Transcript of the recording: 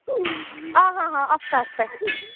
आं हां हां हफ्ता हफ्ता